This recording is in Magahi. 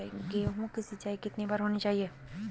गेहु की सिंचाई कितनी बार होनी चाहिए?